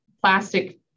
plastic